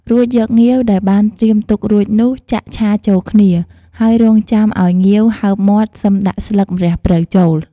រួចយកងាវដែលបានត្រៀមទុករួចនោះចាក់ឆាចូលគ្នា ហើយរងចាំអោយងាវហើបមាត់សឹមដាក់ស្លឹកម្រះព្រៅចូល។